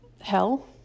Hell